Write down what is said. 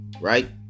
right